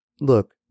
Look